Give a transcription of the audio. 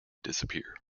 disappear